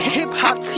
Hip-Hop